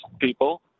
people